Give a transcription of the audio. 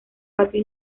patio